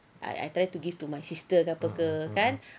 I I try to give to my sister ke apa ke